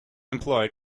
employed